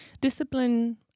Discipline